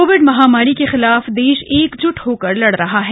Covid महामारी के खिलाफ देश एकजुट होकर लड़ रहा है